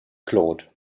claude